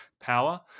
power